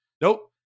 Nope